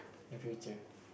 in future